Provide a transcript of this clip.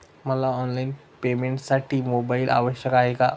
मला ऑनलाईन पेमेंटसाठी मोबाईल आवश्यक आहे का?